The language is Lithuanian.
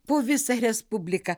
po visą respubliką